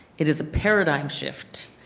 it is a paradigm shift,